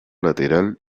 lateral